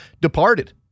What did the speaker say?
departed